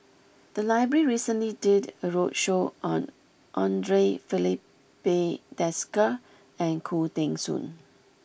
the library recently did a roadshow on Andre Filipe Desker and Khoo Teng Soon